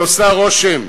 היא עושה רושם,